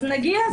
אז נגיע.